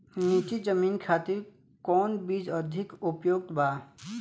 नीची जमीन खातिर कौन बीज अधिक उपयुक्त बा?